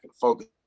focus